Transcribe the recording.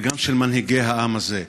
וגם של מנהיגי העם הזה.